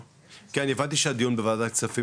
הבנתי שהדיון בוועדת כספים,